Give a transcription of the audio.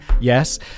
Yes